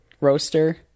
roaster